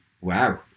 Wow